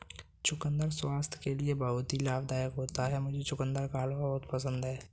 चुकंदर स्वास्थ्य के लिए बहुत ही लाभदायक होता है मुझे चुकंदर का हलवा बहुत पसंद है